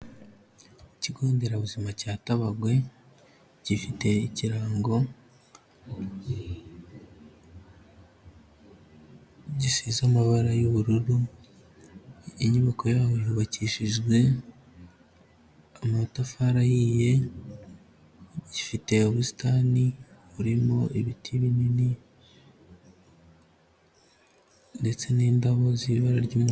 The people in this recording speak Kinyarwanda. Ikigo nderabuzima cya Tabagwe gifite ikirango gisize amabara y'ubururu, inyubako yaho yubakishijwe amatafa ahiye, gifite ubusitani burimo ibiti binini ndetse n'indabo z'ibara ry'umuhando.